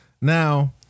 Now